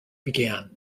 began